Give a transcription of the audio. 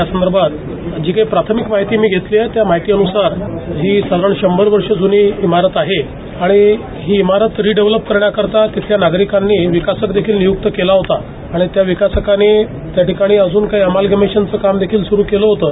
त्या संदर्भात जी काही प्राथमिक माहिती मी घेतली आहे त्या माहिती अनुसार ही साधारण शंभर वर्ष ज्नी इमारत आहे आणि ही इमारत रिडेव्हलप करण्याकरीता तिथल्या नागरिकांनी विकासक स्द्धा नियुक्त केला होता आणि त्या विकासकाने त्याठिकाणी अजुन काही हमाल कमिशनचं काम देखील सुरू केलं होतं